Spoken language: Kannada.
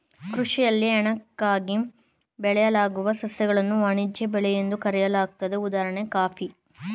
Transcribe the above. ಕೃಷಿಯಲ್ಲಿ ಹಣಕ್ಕಾಗಿ ಬೆಳೆಯಲಾಗುವ ಸಸ್ಯಗಳನ್ನು ವಾಣಿಜ್ಯ ಬೆಳೆ ಎಂದು ಕರೆಯಲಾಗ್ತದೆ ಉದಾಹಣೆ ಕಾಫಿ ಅಡಿಕೆ